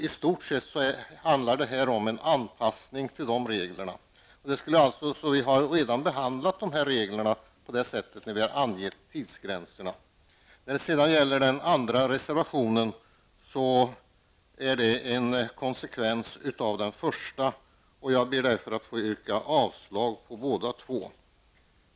I stort sett handlar det här om en anpassning till de reglerna, så vi har redan behandlat de här reglerna när vi angivit tidsgränserna. Den andra reservationen är en konsekvens av den första. Jag ber att få yrka avslag på båda.